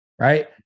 right